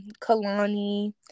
Kalani